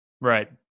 Right